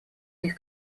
них